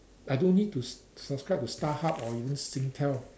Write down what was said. I don't need to s~ subscribe to Starhub or even Singtel